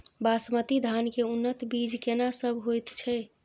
बासमती धान के उन्नत बीज केना सब होयत छै?